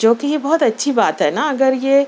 جو کہ یہ بہت اچھی بات ہے نا اگر یہ